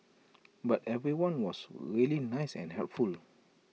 but everyone was really nice and helpful